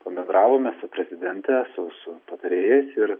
pabendravome su prezidente su su patarėjais ir